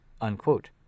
unquote